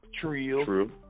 true